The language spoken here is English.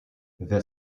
the